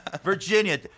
virginia